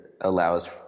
allows